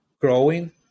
growing